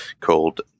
called